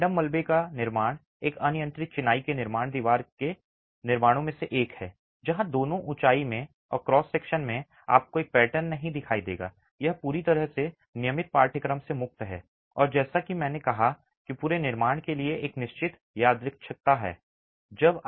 random मलबे का निर्माण एक अनियंत्रित चिनाई निर्माण दीवार निर्माण में से एक है जहां दोनों ऊंचाई में और क्रॉस सेक्शन में आपको एक पैटर्न नहीं दिखाई देगा यह पूरी तरह से नियमित पाठ्यक्रम से मुक्त है और जैसा कि मैंने कहा पूरे निर्माण के लिए एक निश्चित यादृच्छिकता है